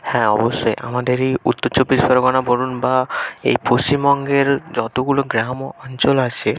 হ্যাঁ অবশ্যই আমাদের এই উত্তর চব্বিশ পরগনা বলুন বা এই পশ্চিমবঙ্গের যতগুলো গ্রাম অঞ্চল আছে